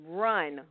run